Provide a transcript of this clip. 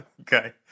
Okay